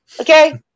Okay